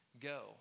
go